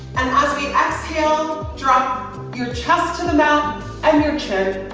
and as we exhale, drop your chest to the mat and your chin.